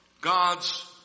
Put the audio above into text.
God's